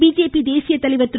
BJP தேசியத் தலைவர் திரு